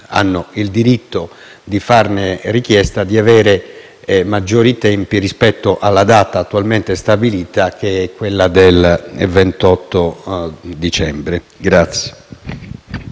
hanno il diritto di farne richiesta di avere più tempo rispetto alla data attualmente stabilita, che è quella del 28 dicembre.